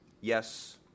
yes